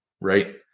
right